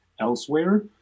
elsewhere